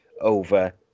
over